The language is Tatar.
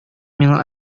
миңа